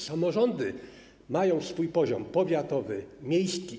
Samorządy mają swój poziom powiatowy i miejski.